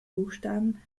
buchstaben